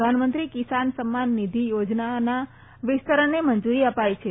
પ્રધાનમંત્રી કિસાન સમ્માન નિધિ યોજનાના વિસ્તરણને મંજુરી અપાઈ છે